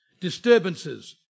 disturbances